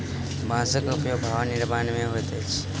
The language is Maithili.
बांसक उपयोग भवन निर्माण मे होइत अछि